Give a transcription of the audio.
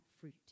fruit